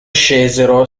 scesero